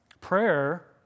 Prayer